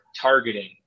targeting